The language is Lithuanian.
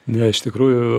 ne iš tikrųjų